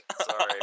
Sorry